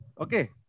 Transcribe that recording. Okay